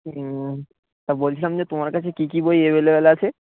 হুম তা বলছিলাম যে তোমার কাছে কি কি বই এভেলেবেল আছে